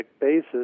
basis